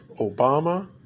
Obama